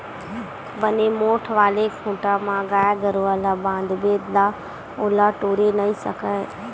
बने मोठ्ठ वाले खूटा म गाय गरुवा ल बांधबे ता ओला टोरे नइ सकय